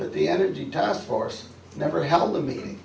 the energy task force never held a meeting